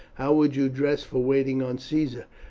how would you dress for waiting on caesar?